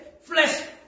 flesh